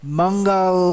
mangal